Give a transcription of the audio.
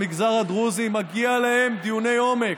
למגזר הדרוזי, מגיעים להם דיוני עומק.